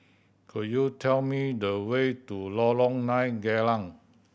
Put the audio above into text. could you tell me the way to Lorong Nine Geylang